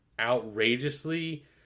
outrageously